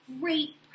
great